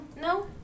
No